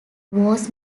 was